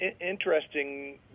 Interesting